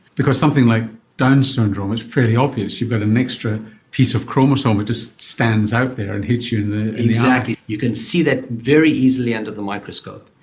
because something like down's syndrome, it's fairly obvious you've got an extra piece of chromosome, it's just stands out there and hits you exactly, you can see that very easily under the microscope.